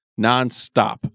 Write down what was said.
nonstop